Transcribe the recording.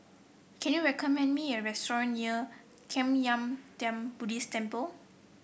can you recommend me a restaurant near Kwan Yam Theng Buddhist Temple